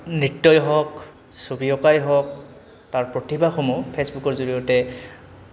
নৃত্যই হওক ছবি অঁকাই হওক তাৰ প্ৰতিভাসমূহ ফে'চবুকৰ জৰিয়তে